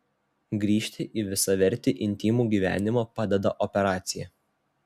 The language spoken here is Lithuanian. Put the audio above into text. grįžti į visavertį intymų gyvenimą padeda operacija